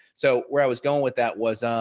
so where i was going with that was, um,